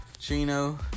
Chino